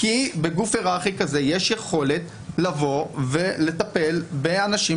כי בגוף היררכי כזה יש יכולת לבוא ולטפל באנשים